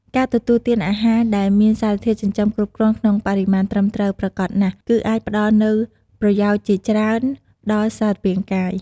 ការទទួលទានអាហារដែលមានសារធាតុចិញ្ចឹមគ្រប់គ្រាន់ក្នុងបរិមាណត្រឹមត្រូវ ប្រាកដណាស់ គឺអាចផ្តល់នូវប្រយោជន៍ជាច្រើនដល់សារពាង្គកាយ។